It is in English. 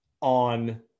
on